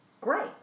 Great